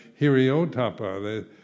hiriotapa